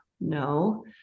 No